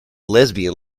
lesbian